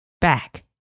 back